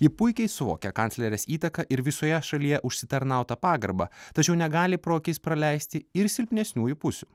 ji puikiai suvokia kanclerės įtaką ir visoje šalyje užsitarnautą pagarbą tačiau negali pro akis praleisti ir silpnesniųjų pusių